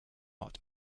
art